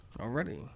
already